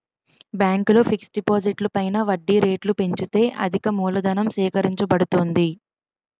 బ్యాంకులు ఫిక్స్ డిపాజిట్లు పైన వడ్డీ రేట్లు పెంచితే అధికమూలధనం సేకరించబడుతుంది